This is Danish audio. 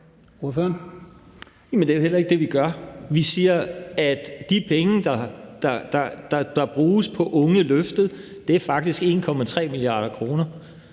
det er jo heller ikke det, vi gør. De penge, der bruges på ungeløftet, er faktisk 1,3 mia. kr.,